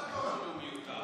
זה חוק שמשלב.